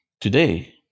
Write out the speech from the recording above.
today